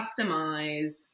customize